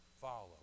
follow